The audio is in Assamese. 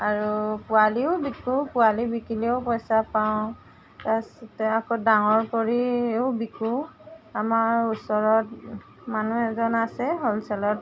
আৰু পোৱালিও বিকো পোৱালি বিকিলেও পইচা পাওঁ তাৰপিছতে আকৌ ডাঙৰ কৰিও বিকো আমাৰ ওচৰত মানুহ এজন আছে হোলচে'লত